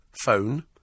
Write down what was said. phone